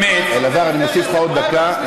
אלעזר, אוסיף לך עוד דקה.